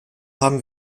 haben